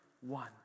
One